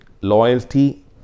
loyalty